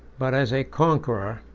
but as a conqueror,